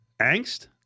angst